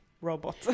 robot